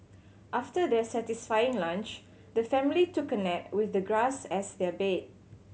after their satisfying lunch the family took a nap with the grass as their bed